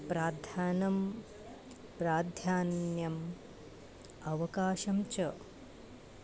प्राधान्यं प्राधान्यम् अवकाशं च